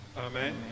Amen